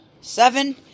seven